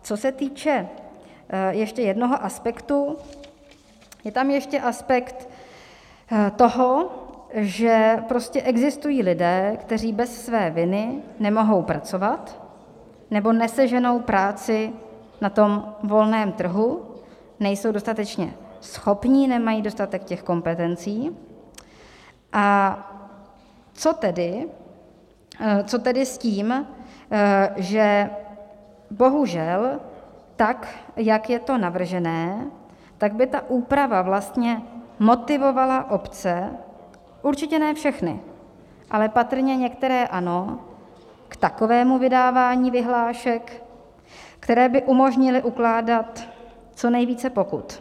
Co se týče ještě jednoho aspektu, je tam ještě aspekt toho, že existují lidé, kteří bez své viny nemohou pracovat nebo neseženou práci na volném trhu, nejsou dostatečně schopní, nemají dostatek kompetencí a co tedy s tím, že bohužel tak jak je to navržené, tak by ta úprava vlastně motivovala obce, určitě ne všechny, ale patrně některé ano, k takovému vydávání vyhlášek, které by umožnily ukládat co nejvíce pokut?